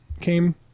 came